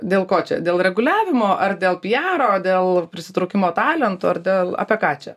dėl ko čia dėl reguliavimo ar dėl piaro dėl prisitraukimo talentų ar dėl apie ką čia